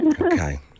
Okay